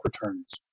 returns